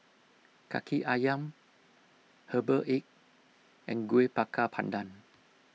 Kaki Ayam Herbal Egg and Kuih Bakar Pandan